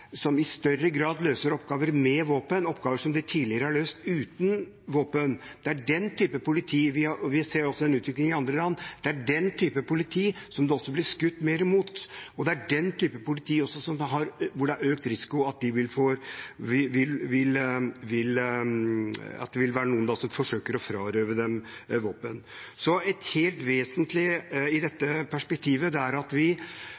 i større grad løser oppgaver med våpen – oppgaver som de tidligere har løst uten våpen – som det blir skutt mer mot, og det er den type politi som også har økt risiko for at noen vil forsøke å frarøve dem våpen. Så helt vesentlig i dette perspektivet er at vi hele tiden sikrer at det norske politiet bruker minst mulig våpen. I det perspektivet beklager jeg at